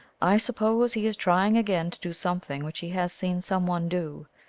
i suppose he is trying again to do something which he has seen some one do.